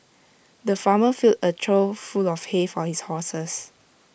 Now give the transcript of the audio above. the farmer filled A trough full of hay for his horses